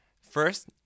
First